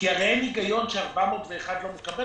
כי הרי אין היגיון ש-401 לא מקבל